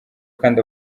kandi